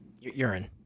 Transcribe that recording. Urine